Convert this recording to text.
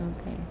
Okay